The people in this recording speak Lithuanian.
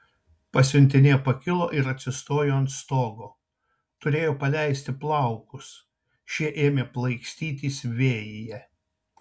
pasiuntinė pakilo ir atsistojo ant stogo turėjo paleisti plaukus šie ėmė plaikstytis vėjyje